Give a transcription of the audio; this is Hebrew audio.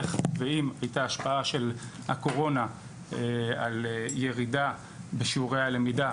את ההשפעה של הקורונה על ירידה בשיעורי הלמידה,